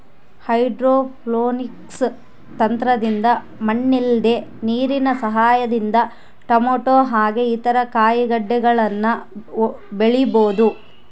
hydroponics ತಂತ್ರದಿಂದ ಮಣ್ಣಿಲ್ದೆ ನೀರಿನ ಸಹಾಯದಿಂದ ಟೊಮೇಟೊ ಹಾಗೆ ಇತರ ಕಾಯಿಗಡ್ಡೆಗಳನ್ನ ಬೆಳಿಬೊದು